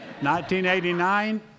1989